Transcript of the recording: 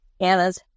Anna's